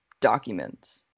documents